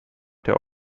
der